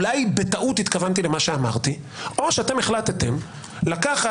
אולי בטעות התכוונתי למה שאמרתי או שאתם החלטת לקחת